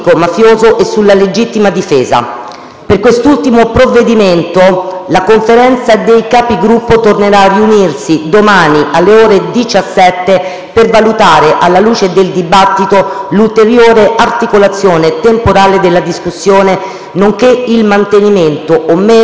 Per quest'ultimo provvedimento, la Conferenza dei Capigruppo tornerà a riunirsi domani, alle ore 17, per valutare, alla luce del dibattito, l'ulteriore articolazione temporale della discussione nonché il mantenimento o meno del *question time* previsto per giovedì.